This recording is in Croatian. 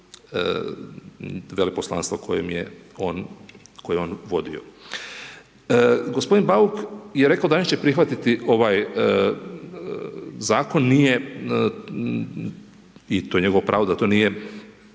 veleposlanstva koje je on vodio. Gospodin Bauk je rekao …/Govornik se ne razumije./… prihvatiti ovaj zakon, nije i to je njegovo pravo da to nije